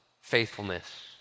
faithfulness